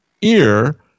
ear